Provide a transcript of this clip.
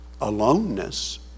aloneness